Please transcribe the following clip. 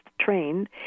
trained